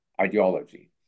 ideology